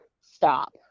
stop